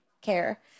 care